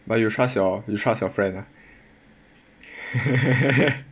but you trust your you trust your friend ah